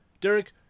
Derek